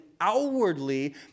outwardly